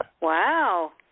Wow